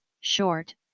short